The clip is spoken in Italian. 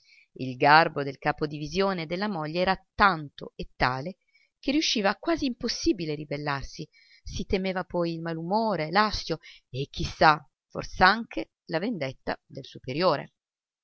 il garbo del capo-divisione e della moglie era tanto e tale che riusciva quasi impossibile ribellarsi si temeva poi il malumore l'astio e chi sa fors'anche la vendetta del superiore